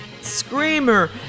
screamer